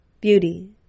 Beauty